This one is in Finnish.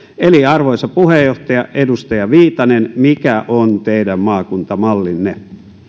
arvoisa puheenjohtaja edustaja viitanen mikä on teidän maakuntamallinne